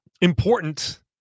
important